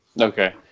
okay